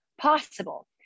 possible